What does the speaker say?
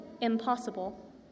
impossible